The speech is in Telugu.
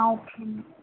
ఓకే అండి